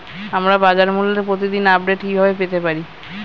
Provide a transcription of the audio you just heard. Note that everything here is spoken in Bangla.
আমরা বাজারমূল্যের প্রতিদিন আপডেট কিভাবে পেতে পারি?